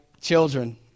children